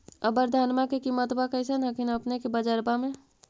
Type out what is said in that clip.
अबर धानमा के किमत्बा कैसन हखिन अपने के बजरबा में?